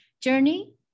journey